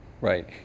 Right